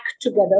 together